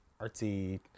artsy